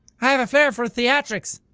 i have a flare for theatrics.